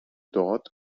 dort